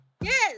Yes